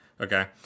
okay